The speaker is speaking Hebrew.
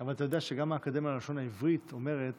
אבל אתה יודע שגם האקדמיה ללשון העברית אומרת